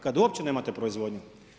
Kada uopće nemate proizvodnje.